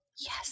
Yes